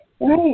right